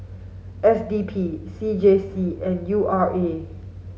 S D P C J C and U R A